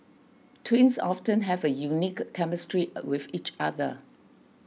twins often have a unique chemistry with each other